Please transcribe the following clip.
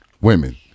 women